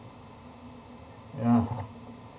yeah